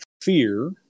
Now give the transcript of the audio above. fear